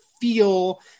feel